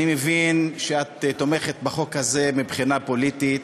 אני מבין שאת תומכת בחוק הזה מבחינה פוליטית.